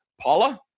Paula